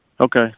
Okay